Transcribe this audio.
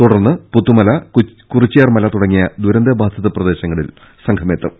തുടർന്ന് പുത്തുമല കുറി ച്ച്യാർമല തുടങ്ങിയ ദുരന്തബാധിത പ്രദേശങ്ങളിൽ സംഘമെത്തും